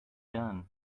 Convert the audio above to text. done